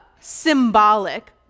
symbolic